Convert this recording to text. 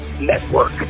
Network